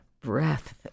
breath